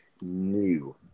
new